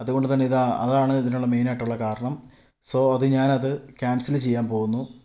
അതുകൊണ്ട് തന്നെ ഇതാ അതാണ് ഇതിനുള്ള മെയിന് ആയിട്ടുള്ള കാരണം സൊ അത് ഞാനത് ക്യാന്സല് ചെയ്യാന് പോകുന്നു